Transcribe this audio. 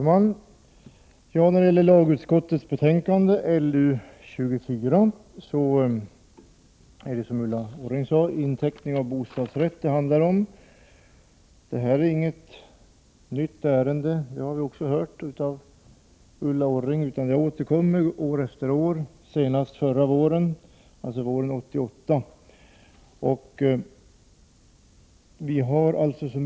Herr talman! Lagutskottets betänkande LU24 handlar om inteckning av bostadsrätt, som Ulla Orring sade. Det är inte något nytt ärende, som vi också har hört, utan det återkommer år efter år, senast våren 1988.